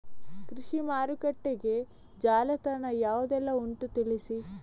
ಕೃಷಿ ಮಾರುಕಟ್ಟೆಗೆ ಜಾಲತಾಣ ಯಾವುದೆಲ್ಲ ಉಂಟು ತಿಳಿಸಿ